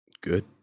good